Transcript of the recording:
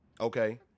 Okay